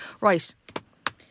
Right